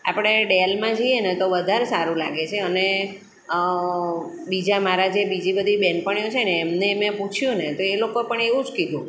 આપણે ડેલમાં જઈએ ને તો વધારે સારું લાગે છે અને બીજા મારા જે બીજી બધી બહેનપણીઓ છે ને એમને મેં પૂછ્યું ને તો એ લોકો પણ એવું જ કીધું